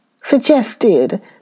suggested